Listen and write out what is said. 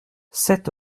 sept